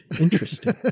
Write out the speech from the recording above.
Interesting